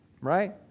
Right